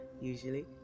usually